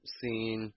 seen